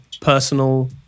personal